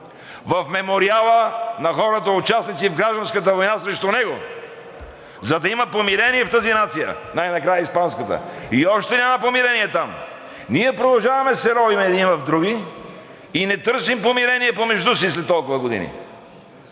В мемориала на хората – участници в Гражданската война срещу него, за да има помирение в тази нация най-накрая, испанската! И още няма помирение там! Ние продължаваме да се ровим едни в други и не търсим помирение помежду си след толкова години!